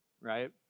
right